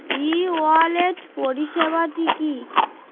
ই wallet পরিষেবাটি কি?